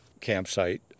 campsite